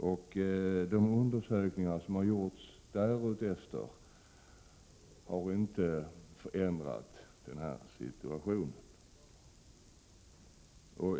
Enligt de undersökningar som har gjorts efter folkomröstningen har situationen inte förändrats.